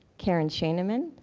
karen schoeneman,